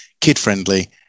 kid-friendly